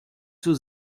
zur